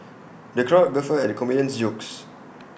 the crowd guffawed at the comedian's jokes